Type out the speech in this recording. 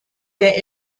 der